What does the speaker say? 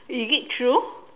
is it true